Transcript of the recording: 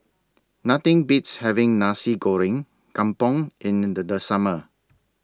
Nothing Beats having Nasi Goreng Kampung in The Summer